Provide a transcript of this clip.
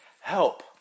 Help